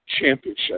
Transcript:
championship